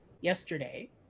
yesterday